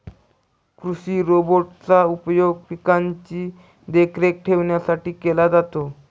कृषि रोबोट चा उपयोग पिकांची देखरेख ठेवण्यासाठी केला जातो